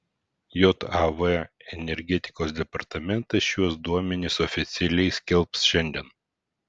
jav energetikos departamentas šiuos duomenis oficialiai skelbs šiandien